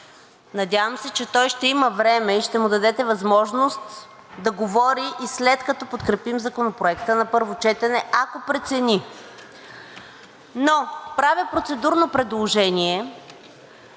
надявам се, че той ще има време и ще му дадете възможност да говори и след като подкрепим законопроекта на първо четене, ако прецени. Но правя процедурно предложение